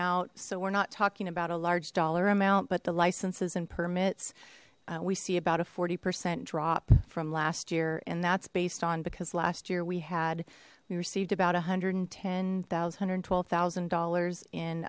out so we're not talking about a large dollar amount but the licenses and permits we see about a forty percent drop from last year and that's based on because last year we had we received about a hundred and ten thousand hundred twelve thousand dollars in